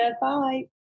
Bye